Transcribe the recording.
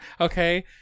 Okay